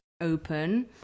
open